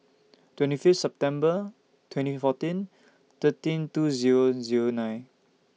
twenty Fifth September twenty fourteen thirteen two Zero Zero nine